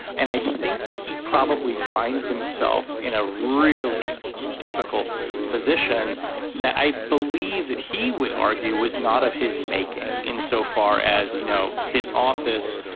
and i think that he probably finds himself in a really difficult position that i believe that he would argue was not of his making in so far as you know his office.